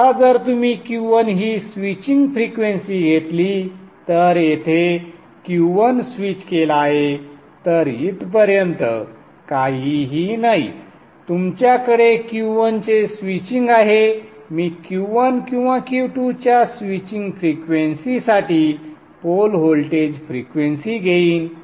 आता जर तुम्ही Q1 ची स्विचिंग फ्रिक्वेंसी घेतली तर येथे Q1 स्विच केला आहे तर इथपर्यंत काहीही नाही तुमच्याकडे Q1 चे स्विचिंग आहे मी Q1 किंवा Q2 च्या स्विचिंग फ्रिक्वेंसीसाठी पोल व्होल्टेज फ्रिक्वेंसी घेईन